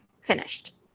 finished